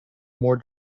more